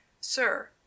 Sir